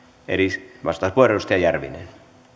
eli vastauspuheenvuoro edustaja järvinen